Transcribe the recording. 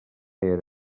eren